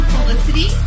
Felicity